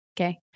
Okay